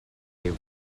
les